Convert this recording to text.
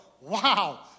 Wow